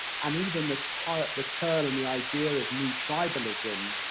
and even the ttitle, the term, and the idea of new tribalism,